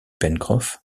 pencroff